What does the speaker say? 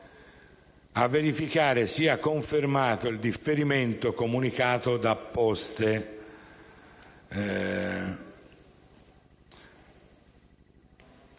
«a verificare che sia confermato il differimento comunicato da Poste»